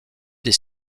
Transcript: des